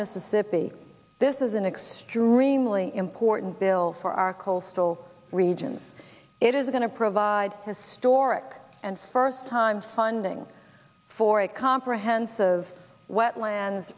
mississippi this is an extremely important bill for our coastal regions it is going to provide historic and first time funding for a comprehensive wetlands